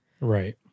Right